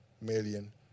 million